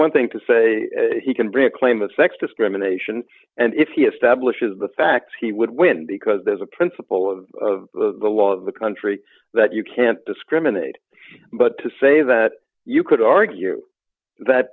one thing to say he can bring a claim of sex discrimination and if he establishes the facts he would win because there's a principle of the law of the country that you can't discriminate but to say that you could argue that